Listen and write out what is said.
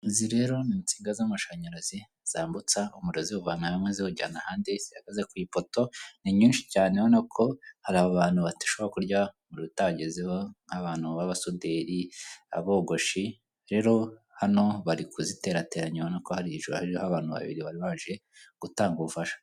Izi rero n'insinga z'amashanyarazi zambutsa umuriro ziwuvana hamwe ,ziwujyana ahandi zihagaze ku ipoto, ninyinshi cyane urabonako hari abantu badashobora kurya umuriro utabagezeho nk'abantu b' abasuderi, abogoshi, rero hano bari kuziterateranya urabonako hariho abantu babiri bari baje gutanga ubufasha.